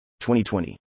2020